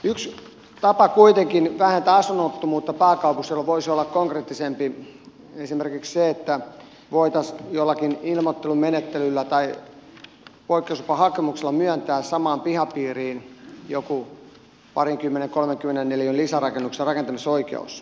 yksi tapa kuitenkin vähentää asunnottomuutta pääkaupunkiseudulla voisi olla konkreettisempi esimerkiksi se että voitaisiin jollakin ilmoittelumenettelyllä tai poikkeuslupahakemuksella myöntää samaan pihapiiriin joku parin kolmenkymmenen neliön lisärakennuksen rakentamisoikeus